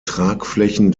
tragflächen